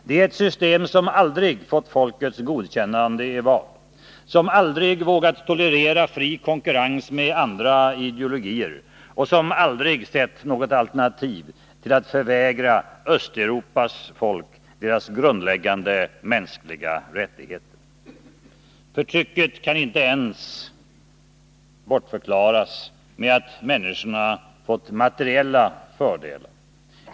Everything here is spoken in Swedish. Det är ett system, som aldrig fått folkets godkännande i val, som aldrig vågat tolerera fri konkurrens med andra ideologier och som aldrig sett något alternativ till att förvägra Östeuropas folk deras grundläggande mänskliga rättigheter. Förtrycket kan inte ens bortförklaras med att människorna får materiella fördelar.